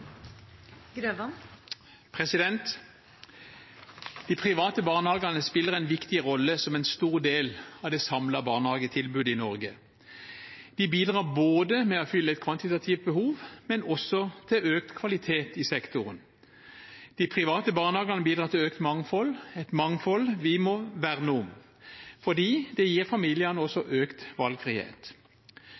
De private barnehagene spiller en viktig rolle som en stor del av det samlede barnehagetilbudet i Norge. De bidrar både til å fylle et kvantitativt behov og til økt kvalitet i sektoren. De private barnehagene bidrar til økt mangfold, et mangfold vi må verne om fordi det også gir familiene økt valgfrihet.